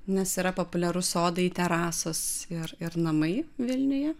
nes yra populiarūs sodai terasos ir ir namai vilniuje